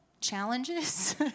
challenges